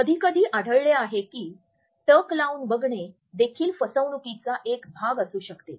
कधीकधी आढळले आहे की टक लावून बघणे देखील फसवणूकीचा एक भाग असू शकते